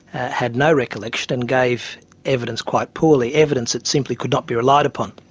had no recollection and gave evidence quite poorly, evidence that simply could not be relied upon.